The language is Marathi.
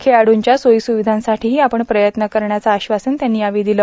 खेळाडूंच्या सोयीसुविधांसाठीही आपण प्रयत्न करण्याचं आश्वासन त्यांनी यावेळी दिलं